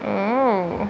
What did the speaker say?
oh